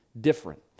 different